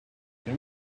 can